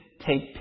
take